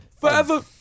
Forever